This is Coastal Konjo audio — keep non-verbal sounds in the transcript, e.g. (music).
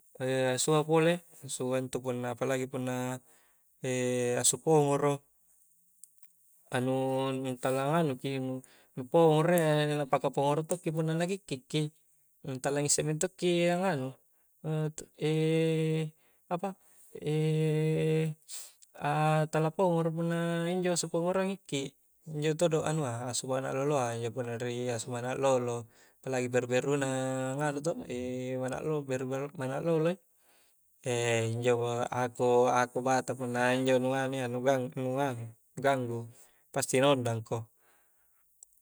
(hesitation) asua pole (hesitation) asua intu punna apalagi punna (hesitation) asu pongoro anu nu tala nganu ki nu pongoro iya na paka pongoro tokki punna na kikki ki nu tala ngisse mentokki a nganu (hesitation) apa (hesitation) (hesitation) tala pongoro punna injo asu pongoroa ngikki injo todo anua asua manak loloa injo punna riek asu manak lolo apalagi beru-beruna nganu to (hesitation) manak lolo beru-ber manak loloi (hesitation) injomo ako-ako bata punna injo nu anu iya nu (unintelligible) ganggu, pasti na ondang ko